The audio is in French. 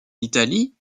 italie